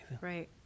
Right